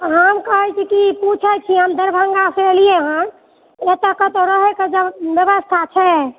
हम कहैत छी कि पुछैत छी हम दरभङ्गासँ एलियै हँ एतय कतहुँ रहयकऽ जगह व्यवस्था छै